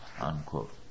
unquote